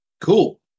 Cool